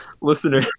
Listener